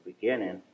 beginning